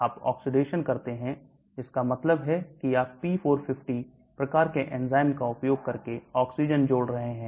आप oxidation करते हैं इसका मतलब है कि आप p450 प्रकार के एंजाइम का उपयोग करके ऑक्सीजन जोड़ रहे हैं